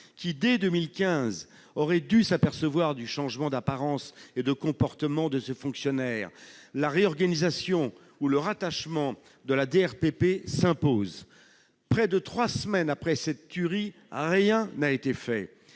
qui, dès 2015, aurait dû s'apercevoir du changement d'apparence et de comportement de ce fonctionnaire. La réorganisation ou le rattachement de la DRPP s'impose. Près de trois semaines après cette tuerie, rien n'a été fait.